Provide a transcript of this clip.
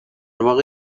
واقع